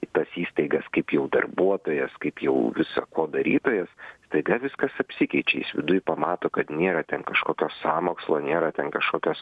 į tas įstaigas kaip jau darbuotojas kaip jau visa ko darytojus staiga viskas apsikeičia jis viduj pamato kad nėra ten kažkokio sąmokslo nėra ten kažkokios